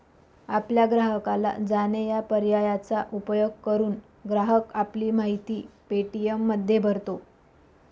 आपल्या ग्राहकाला जाणे या पर्यायाचा उपयोग करून, ग्राहक आपली माहिती पे.टी.एममध्ये भरतो